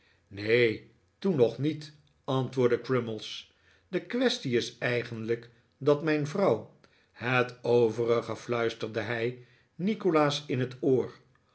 neen toen nog niet antwoordde crummies de quaestie is eigenlijk dat mijn vrouw het overige fluisterde hij nikolaas in het oor